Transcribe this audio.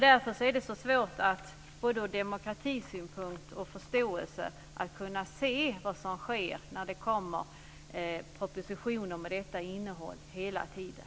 Därför är det så svårt, både ur demokratisynpunkt och när det gäller förståelse, att se vad som sker när det kommer propositioner med detta innehåll hela tiden.